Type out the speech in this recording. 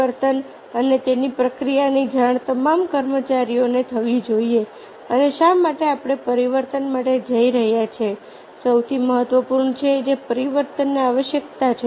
પરિવર્તન અને તેની પ્રક્રિયાની જાણ તમામ કર્મચારીઓને થવી જોઈએ અને શા માટે આપણે પરિવર્તન માટે જઈ રહ્યા છીએ જે સૌથી મહત્વપૂર્ણ છે જે પરિવર્તનની આવશ્યકતા છે